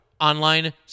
online